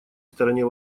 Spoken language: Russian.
стороне